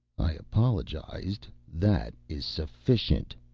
i apologized that is sufficient.